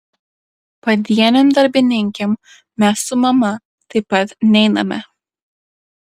padienėm darbininkėm mes su mama taip pat neiname